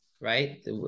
right